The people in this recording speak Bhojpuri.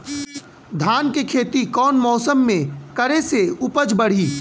धान के खेती कौन मौसम में करे से उपज बढ़ी?